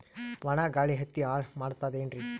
ಒಣಾ ಗಾಳಿ ಹತ್ತಿ ಹಾಳ ಮಾಡತದೇನ್ರಿ?